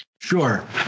Sure